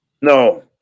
No